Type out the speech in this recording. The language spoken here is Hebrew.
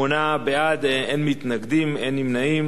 שמונה בעד, אין מתנגדים, אין נמנעים.